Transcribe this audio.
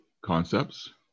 concepts